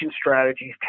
strategies